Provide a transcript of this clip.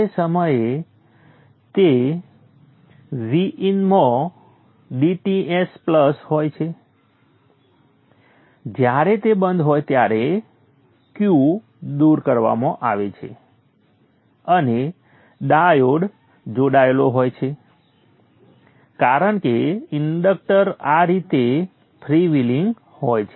તે સમયે તે Vin માં dTs પ્લસ હોય છે જ્યારે તે બંધ હોય ત્યારે Q દૂર કરવામાં આવે છે અને ડાયોડ જોડાયેલો હોય છે કારણ કે ઇન્ડક્ટર આ રીતે ફ્રી વ્હીલિંગ હોય છે